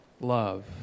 love